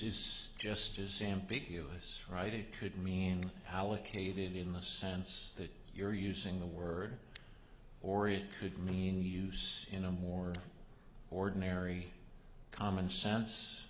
of us right it could mean allocated in the sense that you're using the word or it could mean use in a more ordinary common sense